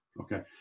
Okay